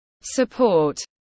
support